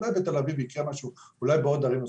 אולי בתל אביב יקרה משהו, אולי בעוד ערים נוספות.